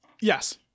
Yes